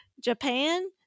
Japan